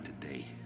today